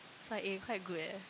it's like eh quite good eh